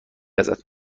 ازت